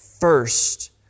first